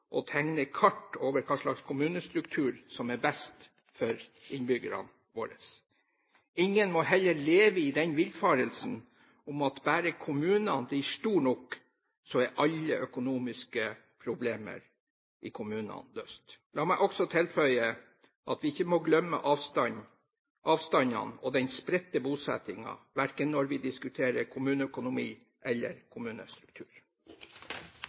og tegne kart over hvilken kommunestruktur som er best for innbyggerne våre. Ingen må heller leve i den villfarelsen at bare kommunene blir store nok, er alle økonomiske problemer i kommunene løst. La meg også tilføye at vi ikke må glemme avstandene og den spredte bosettingen når vi diskuterer kommuneøkonomi eller kommunestruktur.